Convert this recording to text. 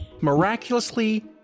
Miraculously